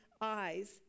eyes